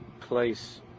place